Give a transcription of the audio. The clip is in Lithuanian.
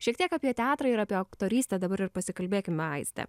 šiek tiek apie teatrą ir apie aktorystę dabar ir pasikalbėkime aiste